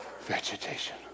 vegetation